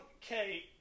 Kate